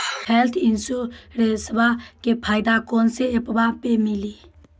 Health इंश्योरेंसबा के फायदावा कौन से ऐपवा पे मिली?